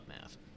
math